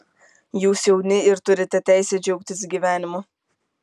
jūs jauni ir turite teisę džiaugtis gyvenimu